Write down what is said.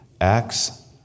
Acts